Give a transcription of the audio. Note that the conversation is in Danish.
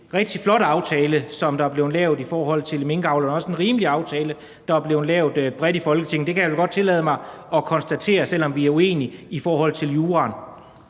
rigtig flot aftale, der er blevet lavet i forhold til minkavlerne, og også en rimelig aftale, der er blevet lavet bredt i Folketinget. Det kan jeg vel godt tillade mig at konstatere, selv om vi er uenige i forhold til juraen.